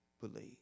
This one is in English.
believe